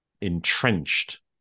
entrenched